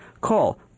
Call